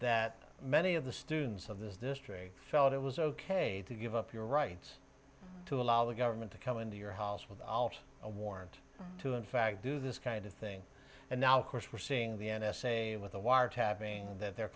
that many of the students of this district felt it was ok to give up your rights to allow the government to come into your house without a warrant to in fact do this kind of thing and now of course we're seeing the n s a with the wiretapping that they're